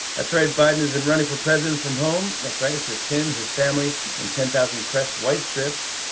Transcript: that's right, biden has been running for president from home. that's right. it's just him, his family, and ten thousand crest whitestrips.